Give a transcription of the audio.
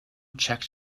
checked